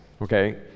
okay